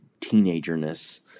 teenagerness